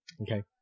okay